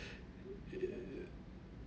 it